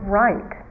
right